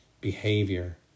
behavior